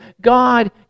God